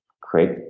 create